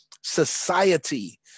society